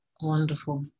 Wonderful